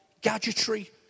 gadgetry